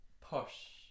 posh